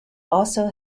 also